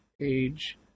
page